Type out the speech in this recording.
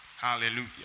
Hallelujah